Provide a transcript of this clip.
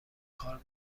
کار